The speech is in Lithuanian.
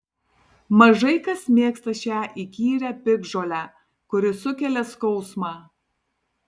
mažai kas mėgsta šią įkyrią piktžolę kuri sukelia skausmą